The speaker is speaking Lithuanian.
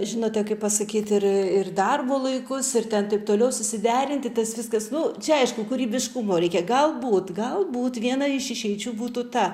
žinote kaip pasakyt ir ir darbo laikus ir taip toliau susiderinti tas viskas nu čia aišku kūrybiškumo reikia galbūt galbūt viena iš išeičių būtų ta